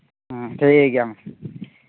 ᱴᱷᱤᱠ ᱜᱮᱭᱟ ᱢᱟ